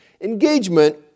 Engagement